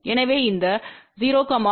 எனவே இந்த 0 0